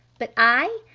but i?